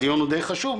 הדיון הוא די חשוב,